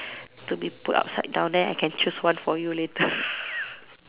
to be put upside down then I can choose one for you later